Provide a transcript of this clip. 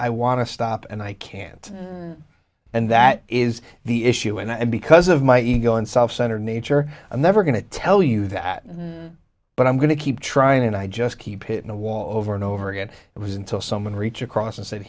i want to stop and i can't and that is the issue and because of my ego and self centered nature i'm never going to tell you that but i'm going to keep trying and i just keep it in a wall over and over again it was until someone reach across and said